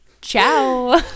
Ciao